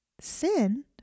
sin